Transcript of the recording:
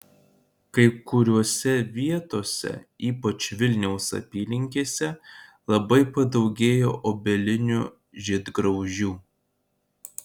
kai kuriose vietose ypač vilniaus apylinkėse labai padaugėjo obelinių žiedgraužių